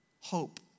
hope